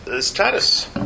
status